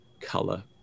color